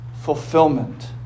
fulfillment